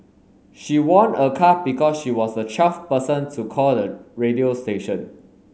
she won a car because she was the twelfth person to call the radio station